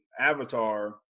avatar